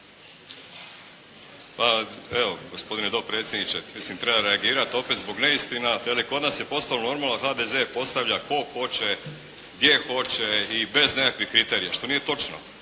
Pa evo, gospodine dopredsjedniče, mislim treba reagirati opet zbog neistina, veli, kod nas je postalo normalno HDZ postavlja koga hoće, gdje hoće i bez nekih kriterija. Što nije točno!